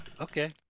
okay